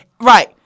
Right